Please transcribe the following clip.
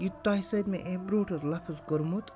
یہِ تۄہہِ سۭتۍ مےٚ امۍ برونٛٹھ اوس لفظ کوٚرمُت